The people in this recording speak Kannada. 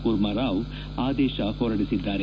ಕೂರ್ಮಾರಾವ್ ಆದೇಶ ಹೊರಡಿಸಿದ್ದಾರೆ